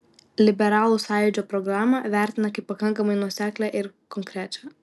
liberalų sąjūdžio programą vertina kaip pakankamai nuoseklią ir konkrečią